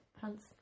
pants